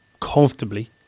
comfortably